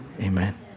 Amen